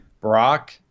Brock